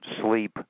sleep